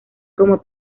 como